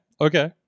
okay